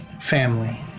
family